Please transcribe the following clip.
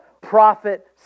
prophet